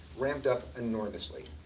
ramped up enormously.